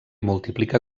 multiplica